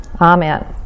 Amen